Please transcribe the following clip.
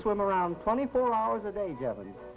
swim around twenty four hours a day job and